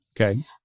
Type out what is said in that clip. Okay